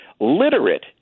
literate